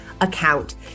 account